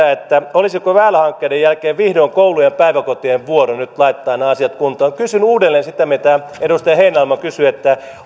olisiko väylähankkeiden jälkeen vihdoin koulujen ja päiväkotien vuoro niin että nyt laitettaisiin nämä asiat kuntoon kysyn uudelleen sitä mitä edustaja heinäluoma kysyi